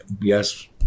yes